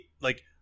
like-